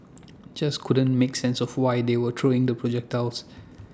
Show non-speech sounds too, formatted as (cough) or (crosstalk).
(noise) just couldn't make sense of why they were throwing the projectiles